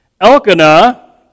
Elkanah